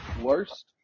worst